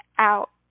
out